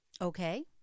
Okay